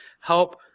Help